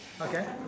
Okay